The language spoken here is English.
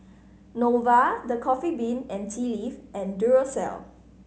Nova The Coffee Bean and Tea Leaf and Duracell